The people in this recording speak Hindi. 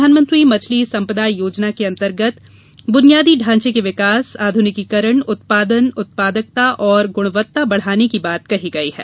प्रधानमंत्री मछली संपदा योजना के अंतर्गत बुनियादी ढांचे के विकास आधुनिकीकरण उत्पादन उत्पादकता और गुणवत्ता बढ़ाने की बात कही गई है